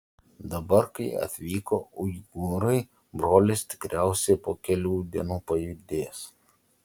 dabar kai atvyko uigūrai brolis tikriausiai po kelių dienų pajudės